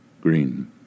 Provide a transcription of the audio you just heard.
Green